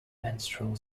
menstrual